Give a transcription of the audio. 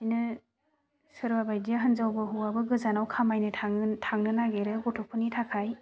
बिदिनो सोरबा बायदिया हिनजावबो हौवाबो गोजानाव खामायनो थाङो थांनो नागिरो गथ'फोरनि थाखाय